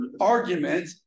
argument